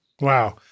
Wow